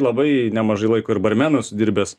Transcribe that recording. labai nemažai laiko ir barmenu esu dirbęs